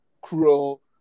cruel